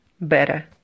better